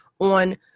on